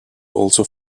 also